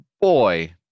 boy